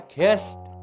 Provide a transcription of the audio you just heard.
kissed